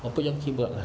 我不用 keyboard